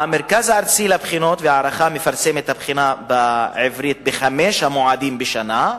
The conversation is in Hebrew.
המרכז הארצי לבחינות והערכה מפרסם את הבחינה בעברית בחמישה מועדים בשנה,